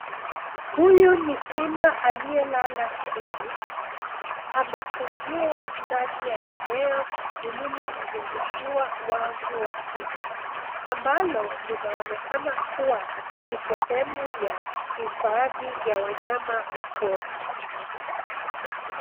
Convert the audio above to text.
Huyu ni simba aliyelala chini. Amefungiwa ndani ya eneo lililozugushiwa wavu wa chuma ambalo linaonekana kuwa ni sehemu ya hifadhi ya wanyama wa pori.